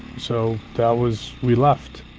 so that was. we left.